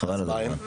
חבל על הזמן.